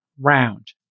round